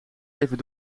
even